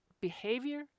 behavior